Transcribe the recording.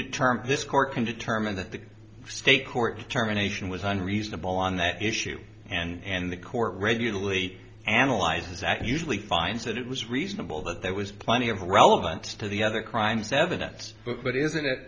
determine this court can determine that the state court terminations was unreasonable on that issue and the court regularly analyzes that usually finds that it was reasonable that there was plenty of relevance to the other crimes evidence but isn't it